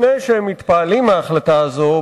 לפני שמתפעלים מההחלטה הזו,